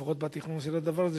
לפחות בתכנון של הדבר הזה,